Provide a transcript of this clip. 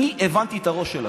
אני הבנתי את הראש שלכם.